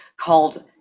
called